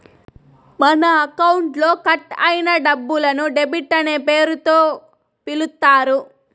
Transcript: మన అకౌంట్లో కట్ అయిన డబ్బులను డెబిట్ అనే పేరుతో పిలుత్తారు